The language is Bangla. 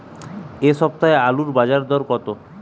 এ সপ্তাহে আলুর বাজার দর কত?